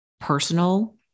personal